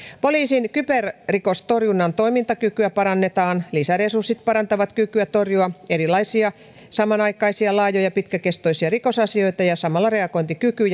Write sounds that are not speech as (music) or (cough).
poliisin kyberrikostorjunnan toimintakykyä parannetaan lisäresurssit parantavat kykyä torjua erilaisia samanaikaisia laajoja pitkäkestoisia rikosasioita ja samalla reagointikyky (unintelligible)